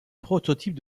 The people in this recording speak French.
prototype